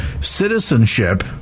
citizenship